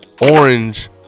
Orange